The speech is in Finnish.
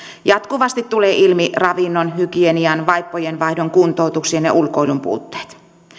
jatkuvasti tulee ilmi ravinnon hygienian vaippojen vaihdon kuntoutuksen ja ulkoilun puutteita